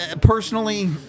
personally